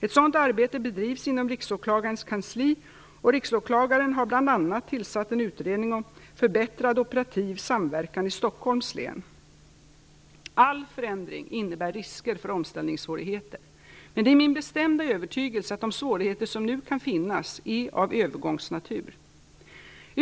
Ett sådant arbete bedrivs inom Riksåklagarens kansli, och Riksåklagaren har bl.a. tillsatt en utredning om förbättrad operativ samverkan i Stockholms län. All förändring innebär risker för omställningssvårigheter, men det är min bestämda övertygelse att de svårigheter som nu kan finnas är av övergångsnatur.